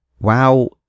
WoW